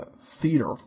theater